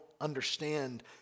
understand